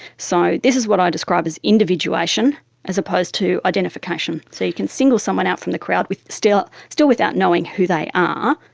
so this is what i describe as individuation as opposed to identification. so you can single someone out from the crowd, still still without knowing who they are,